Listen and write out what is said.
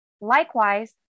likewise